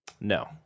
No